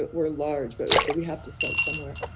but we're large, but we have to start somewhere.